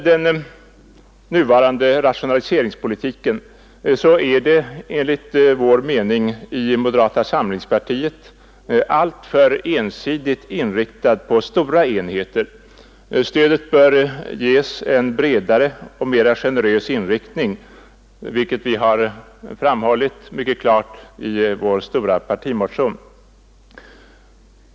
Den nuvarande rationaliseringspolitiken är enligt moderata samlingspartiets mening alltför ensidigt inriktad på stora enheter. Stödet bör ges en bredare och mera generös inriktning, vilket vi mycket klart framhållit i vår stora partimotion.